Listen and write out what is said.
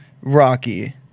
rocky